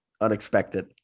unexpected